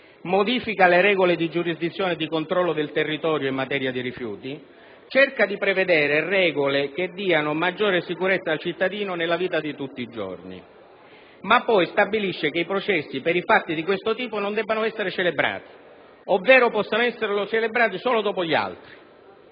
modifica le regole di giurisdizione e di controllo del territorio in materia di rifiuti, cerca di prevedere regole che diano maggiore sicurezza al cittadino nella vita di tutti i giorni. Ma poi stabilisce che i processi per fatti di questo tipo non debbano essere celebrati (ovvero possano esserlo solo dopo altri).